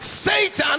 Satan